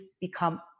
become